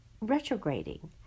retrograding